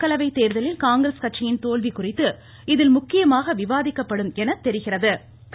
மக்களவை தேர்தலில் காங்கிரஸ் கட்சியின் தோல்வி குறித்து இதில் முக்கியமாக விவாதிக்கப்படும் என எதிர்பார்க்கப்படுகிறது